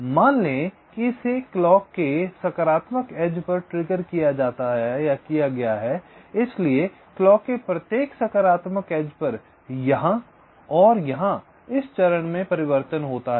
मान लें कि इसे क्लॉक के सकारात्मक एज पर ट्रिगर किया गया है इसलिए क्लॉक के प्रत्येक सकारात्मक एज पर यहां और यहां इस चरण में परिवर्तन होता है